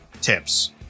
tips